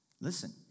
Listen